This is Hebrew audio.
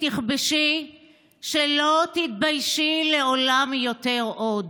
תכבשי / שלא תתביישי לעולם יותר עוד.